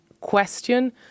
question